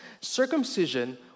Circumcision